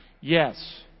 Yes